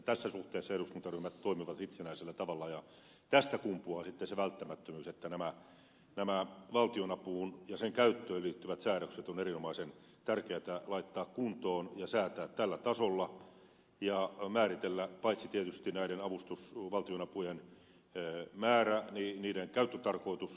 tässä suhteessa eduskuntaryhmät toimivat itsenäisellä tavalla ja tästä kumpuaa sitten se välttämättömyys että nämä valtionapuun ja sen käyttöön liittyvät säädökset on erinomaisen tärkeätä laittaa kuntoon ja säätää tällä tasolla ja määritellä paitsi tietysti näiden valtionapujen määrä myös niiden käyttötarkoitus